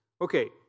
Okay